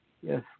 yes